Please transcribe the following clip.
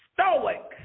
stoic